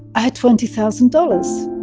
i had twenty thousand dollars.